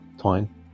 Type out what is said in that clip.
twine